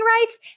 rights